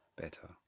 better